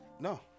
No